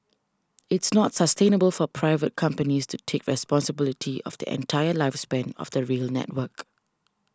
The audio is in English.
it's not sustainable for private companies to take responsibility of the entire lifespan of the rail network